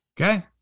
okay